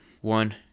One